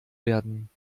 werden